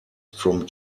from